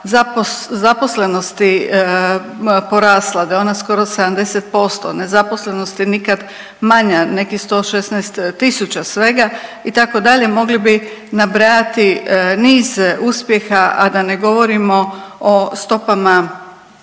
zaposlenosti porasla da je ona skoro 70%, nezaposlenost i nikad manja nekih 116.000 svega itd. mogli bi nabrajati niz uspjeha, a da ne govorimo o stopama